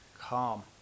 Calm